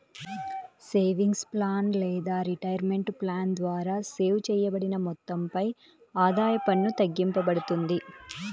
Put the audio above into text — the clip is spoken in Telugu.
సేవింగ్స్ ప్లాన్ లేదా రిటైర్మెంట్ ప్లాన్ ద్వారా సేవ్ చేయబడిన మొత్తంపై ఆదాయ పన్ను తగ్గింపబడుతుంది